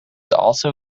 also